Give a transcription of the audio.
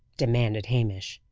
demanded hamish.